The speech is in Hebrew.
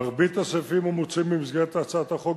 מרבית הסעיפים המוצעים במסגרת הצעת החוק